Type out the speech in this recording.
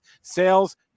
Sales